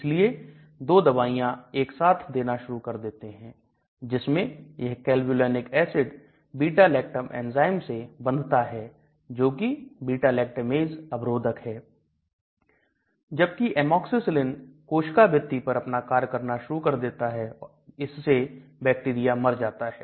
इसलिए दो दवाइयां एक साथ देना शुरू कर देते है जिसमें यह Clavulanic acid beta lactam enzyme से बंधता है जोकि beta lactamase अबरोधक है जबकि Amoxicillin कोशिका भित्ति पर अपना कार्य करना शुरू कर देता है इससे बैक्टीरिया मर जाता जाता है